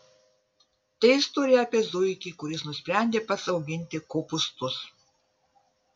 tai istorija apie zuikį kuris nusprendė pats auginti kopūstus